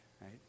right